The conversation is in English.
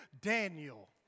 Daniel